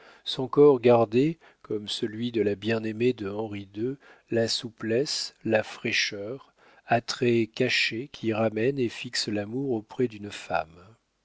son corps gardait comme celui de la bien-aimée de henri ii la souplesse la fraîcheur attraits cachés qui ramènent et fixent l'amour auprès d'une femme